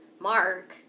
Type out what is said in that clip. Mark